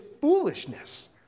foolishness